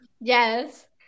yes